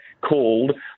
called